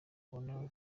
kubana